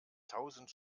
tausend